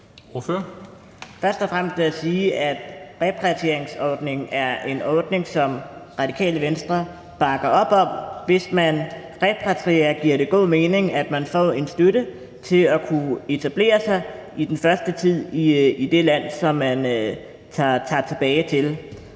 Først og fremmest vil jeg sige, at repatrieringsordningen er en ordning, som Radikale Venstre bakker op om. Hvis man repatrierer, giver det god mening, at man får en støtte til at kunne etablere sig i den første tid i det land, som man tager tilbage til.